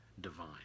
divine